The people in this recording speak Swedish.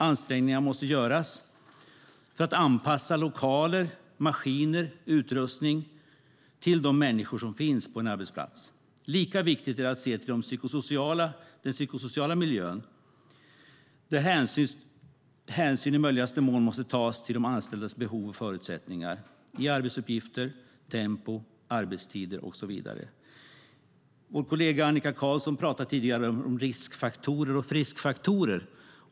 Ansträngningar måste göras för att anpassa lokaler, maskiner och utrustning till de människor som finns på en arbetsplats. Lika viktigt är det att se till den psykosociala miljön, där hänsyn i möjligaste mån måste tas till de anställdas behov och förutsättningar i arbetsuppgifter, tempo, arbetstider och så vidare. Vår kollega Annika Qarlsson pratade tidigare om riskfaktorer och friskfaktorer.